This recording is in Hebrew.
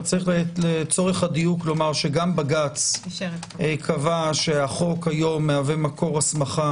גם בג"ץ קבע שהחוק היום מהווה מקור הסמכה